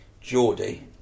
Geordie